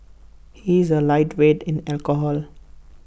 he is A lightweight in alcohol